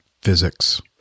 physics